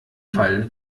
fall